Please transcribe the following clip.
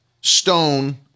stone